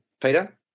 Peter